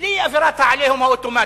בלי אווירת ה"עליהום" האוטומטית.